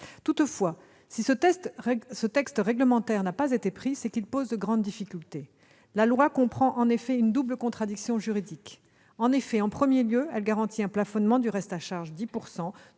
Toutefois, si ce texte réglementaire n'a pas été pris, c'est qu'il pose de grandes difficultés. La loi comprend en effet une double contradiction juridique. En premier lieu, elle garantit un plafonnement du reste à charge à